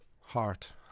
heart